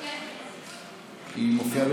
אינה נוכחת,